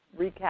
recap